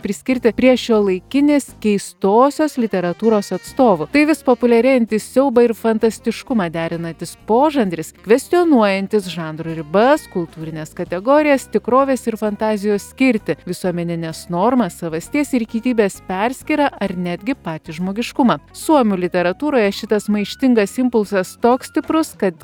priskirti prie šiuolaikinės keistosios literatūros atstovų tai vis populiarėjantis siaubą ir fantastiškumą derinantis požanris kvestionuojantis žanro ribas kultūrines kategorijas tikrovės ir fantazijos skirtį visuomenines normas savasties ir gyvybės perskyrą ar netgi patį žmogiškumą suomių literatūroje šitas maištingas impulsas toks stiprus kad